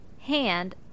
hand